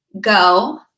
go